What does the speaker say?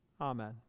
Amen